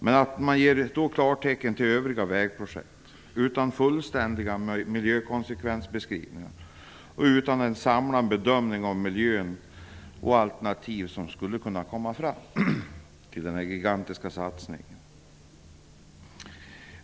Men man ger klartecken till övriga vägprojekt utan fullständiga miljökonsekvensbeskrivningar och utan en samlad bedömning av miljön och alternativ som skulle kunna komma fram till denna gigantiska satsning.